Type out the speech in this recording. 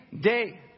day